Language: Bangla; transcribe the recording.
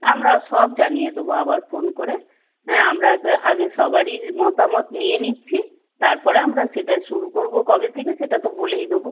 আমরা সব জানিয়ে দেবো আবার ফোন করে হ্যাঁ আমরা আগে সবারই মতামত নিয়ে নিচ্ছি তার পরে আমরা সেটা শুরু করব কবে থেকে সেটা তো বলেই দেবো